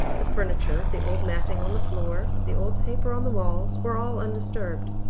the furniture, the old matting on the floor, the old paper on the walls, were all undisturbed.